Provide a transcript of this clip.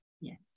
Yes